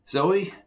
Zoe